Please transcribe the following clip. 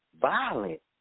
violent